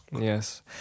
Yes